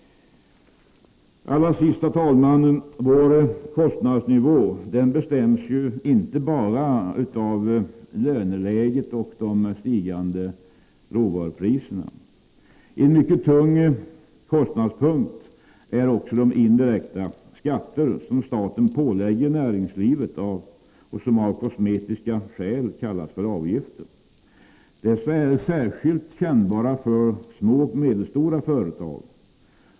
Allra sist, herr talman: Vår kostnadsnivå bestäms inte bara av löneläget och de stigande råvarupriserna. En mycket tung kostnadspost är också de indirekta skatter som staten pålägger näringslivet och som av kosmetiska skäl kallas avgifter. Dessa är särskilt kännbara för små och medelstora företag.